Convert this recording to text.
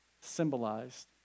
symbolized